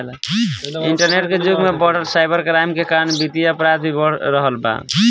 internet के जुग में बढ़त साइबर क्राइम के कारण वित्तीय अपराध भी बढ़ रहल बा